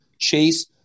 chase